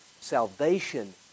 Salvation